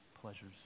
pleasures